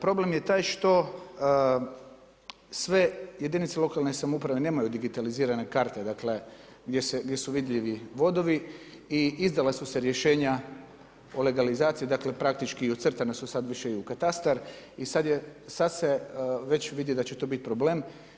Problem je taj što sve jedinice lokalne samouprave nemaju digitalizirane karte gdje su vidljivi vodovi i izdala su se rješenja o legalizaciji, dakle, praktički ucrtana su sad više i u katastar i sad se već vidi da će to biti problem.